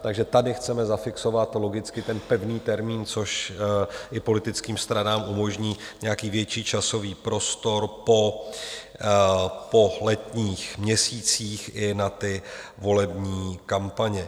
Takže tady chceme zafixovat logicky pevný termín, což i politickým stranám umožní nějaký větší časový prostor po letních měsících i na volební kampaně.